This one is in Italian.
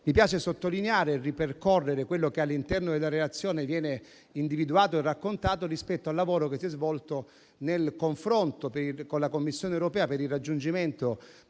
mi piace sottolineare e ripercorrere quello che all'interno della relazione viene individuato e raccontato rispetto al lavoro che si è svolto nel confronto con la Commissione europea per il raggiungimento